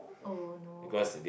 oh no